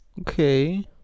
Okay